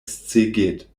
szeged